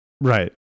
Right